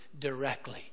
directly